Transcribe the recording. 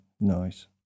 Nice